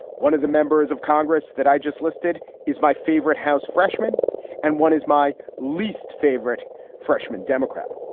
one of the members of congress that i just listed is my favorite house freshman and one is my least favorite freshman democrat.